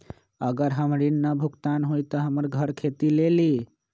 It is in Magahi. अगर हमर ऋण न भुगतान हुई त हमर घर खेती लेली?